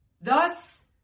Thus